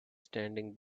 standing